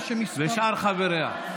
ושמספר" ושאר חבריה.